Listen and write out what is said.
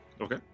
Okay